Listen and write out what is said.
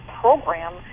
program